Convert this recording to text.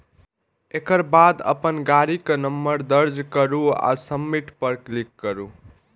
एकर बाद अपन गाड़ीक नंबर दर्ज करू आ सबमिट पर क्लिक करू